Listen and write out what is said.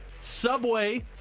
subway